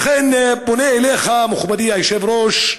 לכן, אני פונה אליך, מכובדי היושב-ראש,